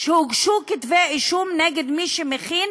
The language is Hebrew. שהוגשו כתבי-אישום נגד מי שמכין